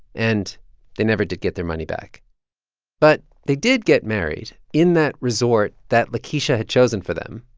and they never did get their money back but they did get married in that resort that lakeisha had chosen for them.